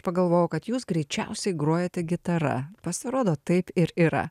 pagalvojau kad jūs greičiausiai grojate gitara pasirodo taip ir yra